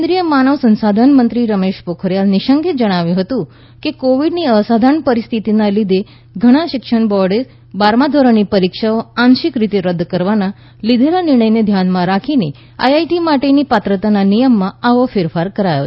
કેન્દ્રિય માનવ સંસાધન મંત્રી રમેશ પોખરીયાલ નિશંકે જણાવ્યું હતું કે કોવીડની અસાધારણ પરિસ્થિતિના લીધે ઘણા શિક્ષણ બોર્ડોએ બારમાં ધોરણની પરીક્ષાઓ આંશિક રીતે રદ કરવાના લીધેલા નિર્ણયને ધ્યાનમાં રાખીને આઇઆઇટી માટેના પાત્રતાના નિયમમાં આવો ફેરફાર કરાયો છે